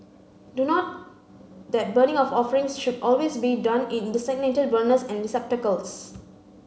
do not that burning of offerings should always be done in designated burners and receptacles